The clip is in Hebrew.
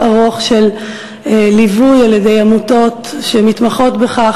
ארוך של ליווי על-ידי עמותות שמתמחות בכך,